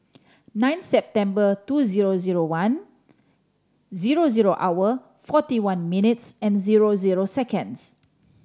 nine September two zero zero one zero zero hour forty one minutes and zero zero seconds